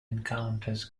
encounters